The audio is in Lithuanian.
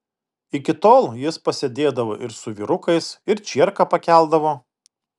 iki tol jis pasėdėdavo ir su vyrukais ir čierką pakeldavo